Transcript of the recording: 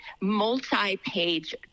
multi-page